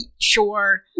Sure